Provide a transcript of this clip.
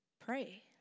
Pray